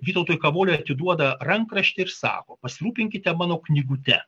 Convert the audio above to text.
vytautui kavoliui atiduoda rankraštį ir sako pasirūpinkite mano knygute